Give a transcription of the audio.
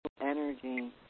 energy